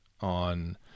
on